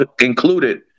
included